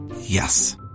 Yes